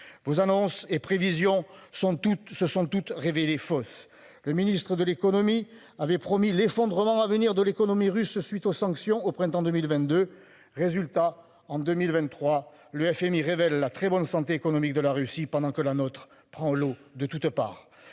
Vos annonces et prévisions sont toutes se sont toutes révélées fausses. Le ministre de l'Économie avait promis l'effondrement à venir de l'économie russe suite aux sanctions au printemps 2022. Résultat, en 2023, le FMI révèle la très bonne santé économique de la Russie. Pendant que la nôtre, prend l'eau de toutes parts.